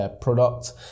product